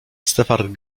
stefan